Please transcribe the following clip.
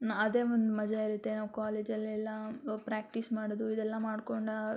ಅದೇ ಒಂದು ಮಜಾ ಇರುತ್ತೆ ನಾವು ಕಾಲೇಜಲೆಲ್ಲ ಪ್ರ್ಯಾಕ್ಟೀಸ್ ಮಾಡೋದು ಇದೆಲ್ಲ ಮಾಡ್ಕೊಂಡು